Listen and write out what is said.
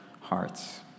hearts